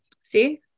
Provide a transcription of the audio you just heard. see